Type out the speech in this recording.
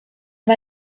war